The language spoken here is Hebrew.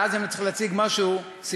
ואז אם אני צריך להציג משהו ספרותי,